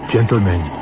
Gentlemen